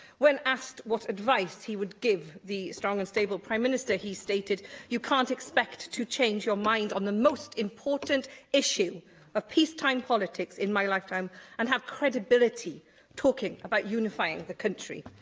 when asked what advice he would give the strong and stable prime minister, he stated you can't expect to change your mind on the most important issue of peacetime politics in my lifetime and have credibility talking about unifying the country.